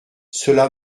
cela